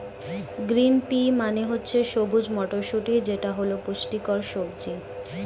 green pea মানে হচ্ছে সবুজ মটরশুঁটি যেটা হল পুষ্টিকর সবজি